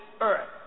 earth